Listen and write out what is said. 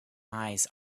eyes